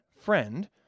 friend